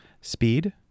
Speed